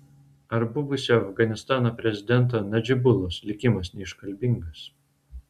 ar buvusio afganistano prezidento nadžibulos likimas neiškalbingas